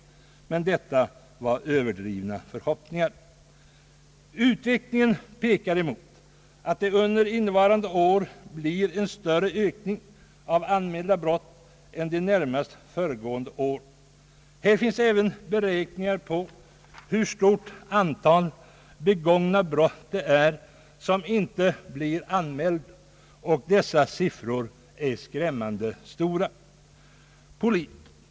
Men det var överdrivna förhoppningar. Utvecklingen pekar mot att det under innevarande år blir en större ökning av anmälda brott än under de närmast föregående åren. Här finns även beräkningar på hur stort antal begångna brott det är, som inte blir anmälda, och dessa siffror är skrämmande stora.